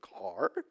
car